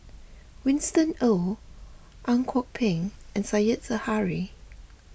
Winston Oh Ang Kok Peng and Said Zahari